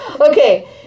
Okay